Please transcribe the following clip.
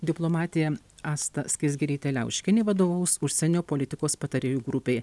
diplomatė asta skaisgirytė liauškienė vadovaus užsienio politikos patarėjų grupei